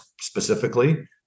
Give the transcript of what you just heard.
specifically